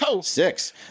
six